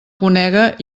conega